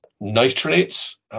Nitrates